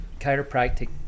chiropractic